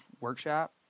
Workshop